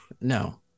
No